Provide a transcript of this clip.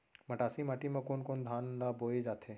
मटासी माटी मा कोन कोन धान ला बोये जाथे?